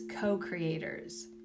co-creators